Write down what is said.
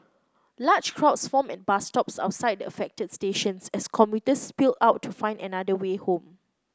large crowds formed at bus stops outside the affected stations as commuters spilled out to find another way home